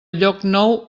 llocnou